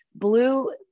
Blue